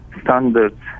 standards